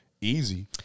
easy